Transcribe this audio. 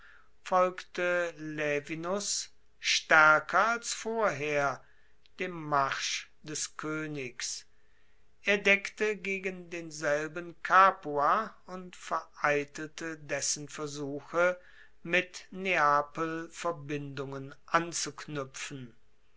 folgte laevinus staerker als vorher dem marsch des koenigs er deckte gegen denselben capua und vereitelte dessen versuche mit neapel verbindungen anzuknuepfen